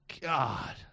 God